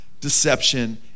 deception